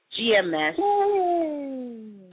GMS